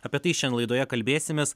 apie tai šiandien laidoje kalbėsimės